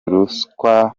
ruswa